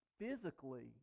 physically